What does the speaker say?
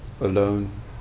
alone